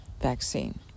vaccine